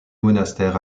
monastère